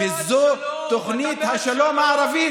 וזו תוכנית השלום הערבית,